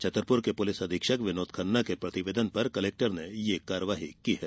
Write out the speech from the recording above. छतरपुर के पुलिस अधीक्षक विनोद खन्ना के प्रतिवेदन पर कलेक्टर ने यह कार्रवाई की है